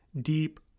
deep